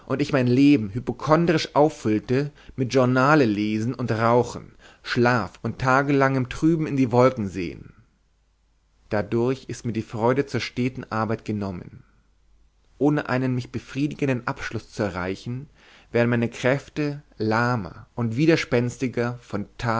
ich mein leben hypochondrisch ausfüllte mit journalelesen und rauchen schlaf und trank und tagelangem trüben in die wolken sehen dadurch ist mir die freude zur steten arbeit genommen ohne einen mich befriedigenden abschluß zu erreichen werden meine kräfte lahmer und widerspenstiger von